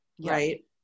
right